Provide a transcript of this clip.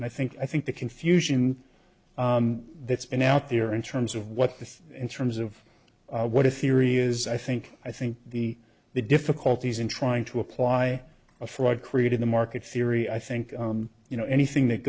and i think i think the confusion that's been out there in terms of what the in terms of what if erie is i think i think the the difficulties in trying to apply a fraud created the market theory i think you know anything that